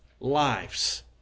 lives